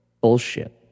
Bullshit